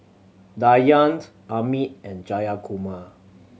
Dhyan Amit and Jayakumar